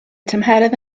tymheredd